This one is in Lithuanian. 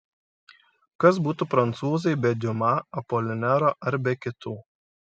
kas būtų prancūzai be diuma apolinero ar be kitų